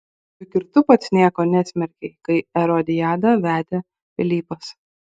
juk ir tu pats nieko nesmerkei kai erodiadą vedė pilypas